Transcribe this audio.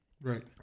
Right